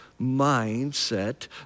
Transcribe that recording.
mindset